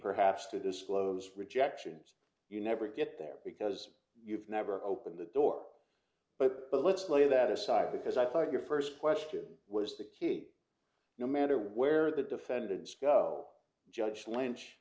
perhaps to disclose rejections you never get there because you've never opened the door but let's lay that aside because i thought your first question was the key no matter where the defendants go judge lynch